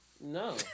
No